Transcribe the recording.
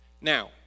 Now